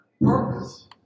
Purpose